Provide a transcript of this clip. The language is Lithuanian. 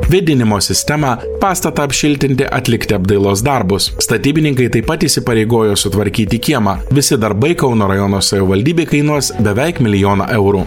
vėdinimo sistemą pastatą apšiltinti atlikti apdailos darbus statybininkai taip pat įsipareigojo sutvarkyti kiemą visi darbai kauno rajono savivaldybei kainuos beveik milijoną eurų